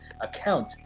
account